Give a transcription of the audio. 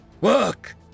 Work